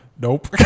Nope